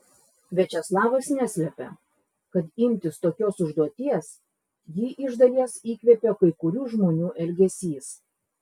viačeslavas neslepia kad imtis tokios užduoties jį iš dalies įkvėpė kai kurių žmonių elgesys